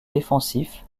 défensifs